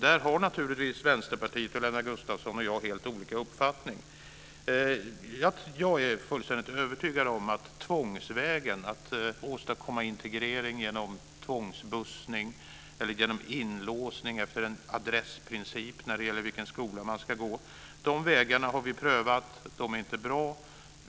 Där har naturligtvis Vänsterpartiet och Lennart Gustavsson och jag helt olika uppfattningar. Jag är fullständigt övertygad om att tvångsvägen inte är bra. Man har försökt att åstadkomma integrering genom tvångsbussning eller genom inlåsning efter en adressprincip för att avgöra vilken skola man ska gå i. De vägarna har vi prövat. De är inte bra.